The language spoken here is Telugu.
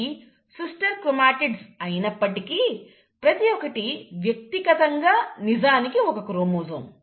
ఇవి సిస్టర్ క్రోమాటిడ్స్ అయినప్పటికీ ప్రతిఒకటి వ్యక్తిగతంగా నిజానికి ఒక క్రోమోజోమ్